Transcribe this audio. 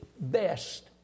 best